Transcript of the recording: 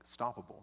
stoppable